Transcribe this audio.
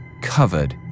covered